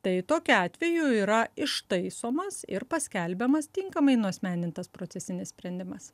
tai tokiu atveju yra ištaisomas ir paskelbiamas tinkamai nuasmenintas procesinis sprendimas